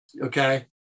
okay